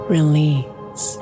Release